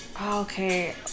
Okay